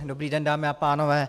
Dobrý den, dámy a pánové.